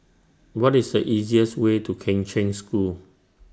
What IS The easiest Way to Kheng Cheng School